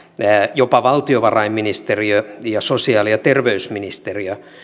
jopa valtiovarainministeriö ja sosiaali ja terveysministeriö